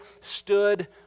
stood